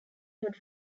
hood